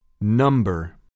Number